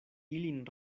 ilin